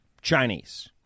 Chinese